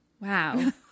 wow